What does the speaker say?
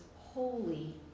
Holy